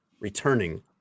returning